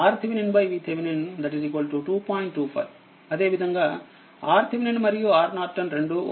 25 అదేవిధంగాRTh మరియుRN రెండూ ఒక్కటే